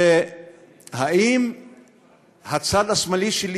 האם הצד השמאלי שלי,